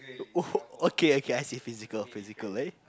oh okay okay I said physical physically